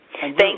Thank